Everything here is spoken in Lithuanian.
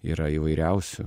yra įvairiausių